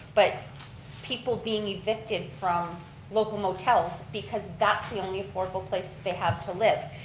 but people being evicted from local motels because that's the only affordable place that they have to live.